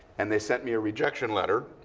and they sent me a rejection letter.